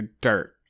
dirt